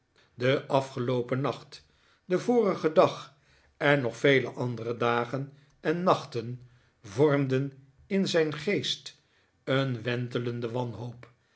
de afgeloopen nacht de vorige dag en nog vele andere dagen en nachten vormden in zijn geest een wentelenden warhoop